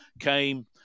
came